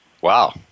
Wow